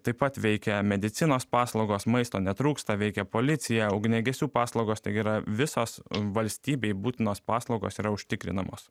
taip pat veikia medicinos paslaugos maisto netrūksta veikia policija ugniagesių paslaugos tai yra visos valstybei būtinos paslaugos yra užtikrinamos